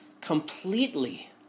completely